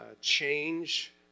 change